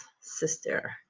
sister